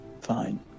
Fine